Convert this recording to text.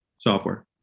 Software